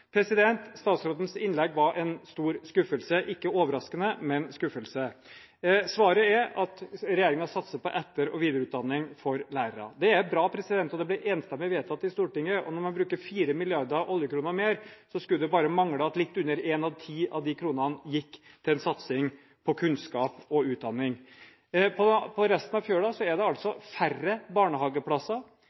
Statsrådens innlegg var en stor skuffelse – ikke overraskende, men en skuffelse. Svaret er at regjeringen satser på etter- og videreutdanning for lærere. Det er bra, og det ble enstemmig vedtatt i Stortinget. Når man bruker 4 mrd. oljekroner mer, skulle det bare mangle at ikke litt under en av ti av de kronene gikk til en satsing på kunnskap og utdanning. På resten av fjøla er det altså færre barnehageplasser.